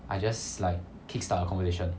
I just like kick start a conversation